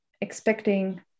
expecting